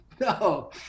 no